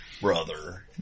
brother